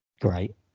great